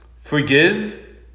Forgive